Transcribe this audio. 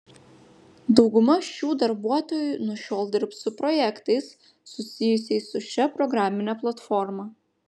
dauguma šių darbuotojų nuo šiol dirbs su projektais susijusiais su šia programine platforma